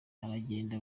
aragenda